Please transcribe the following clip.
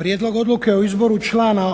Prijedlog Odluke o izboru člana